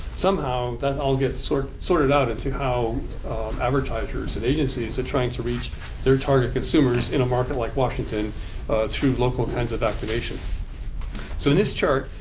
somehow that all gets sort of sorted out into how advertisers and agencies are trying to reach their target consumers in a market like washington through local kinds of activation. so in this chart,